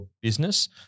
business